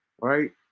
right